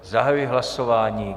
Zahajuji hlasování.